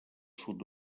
sud